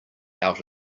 out